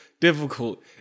difficult